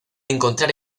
encontrar